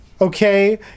Okay